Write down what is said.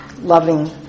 loving